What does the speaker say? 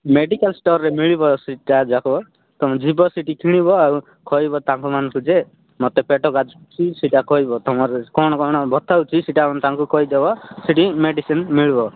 medical ଷ୍ଟୋର୍ରେ ମିଳିବ ସେଇଟା ଯାକ ତୁମେ ଯିବ ସେଇଠି କିଣିବ ଆଉ କହିବ ତାଙ୍କ ମାନଙ୍କୁ ଯେ ମୋତେ ପେଟ କାଟୁଛି ସେଇଟା କହିବ ତୁମର କ'ଣ କ'ଣ ବଥା ହେଉଛି ସେଇଟା ମାନେ ଆପଣ ତାଙ୍କୁ କହି ଦେବ ସେଇଠି ମେଡ଼ିସିନ୍ ମିଳିବ